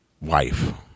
wife